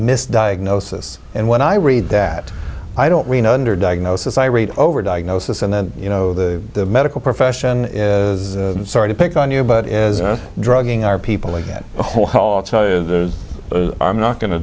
misdiagnosis and when i read that i don't mean under diagnosis i read over diagnosis and then you know the medical profession is sorry to pick on you but as drugging our people like that whole i'm not going to